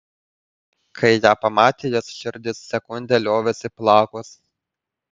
kai ją pamatė jos širdis sekundę liovėsi plakus